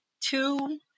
two